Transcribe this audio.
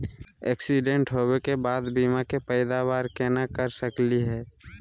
Accident होवे के बाद बीमा के पैदावार केना कर सकली हे?